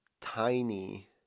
tiny